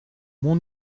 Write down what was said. mon